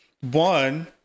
one